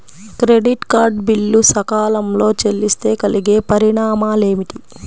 Credit card bill సకాలంలో చెల్లిస్తే కలిగే పరిణామాలేమిటి?